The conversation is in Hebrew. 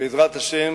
בעזרת השם,